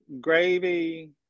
gravy